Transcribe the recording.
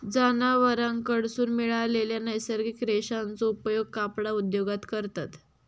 जनावरांकडसून मिळालेल्या नैसर्गिक रेशांचो उपयोग कपडा उद्योगात करतत